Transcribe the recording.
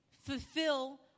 fulfill